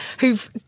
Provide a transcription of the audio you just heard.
who've